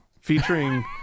Featuring